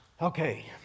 okay